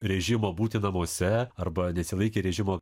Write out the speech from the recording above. režimo būti namuose arba nesilaikė režimo